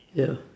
yeah